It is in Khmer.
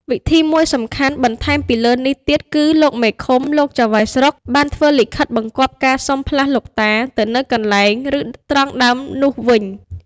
វិធីមួយសំខាន់បន្ថែមពីលើនេះទៀត គឺលោកមេឃុំ លោកចៅហ្វាយស្រុក បានធ្វើលិខិតបង្គាប់ការសុំផ្លាស់លោកតាទៅនៅកន្លែង ឬ ត្រង់ដើមនោះវិញ។